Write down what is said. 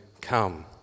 come